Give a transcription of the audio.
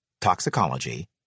toxicology